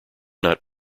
not